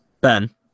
Ben